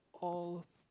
all